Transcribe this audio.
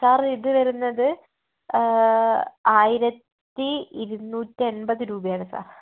sir ഇത് വരുന്നത് ആയിരത്തി ഇരുന്നൂറ്റെൺപത് രൂപയാണ് സാർ